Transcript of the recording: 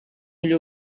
ull